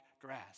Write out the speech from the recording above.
grass